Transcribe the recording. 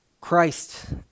Christ